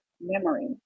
memory